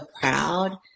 proud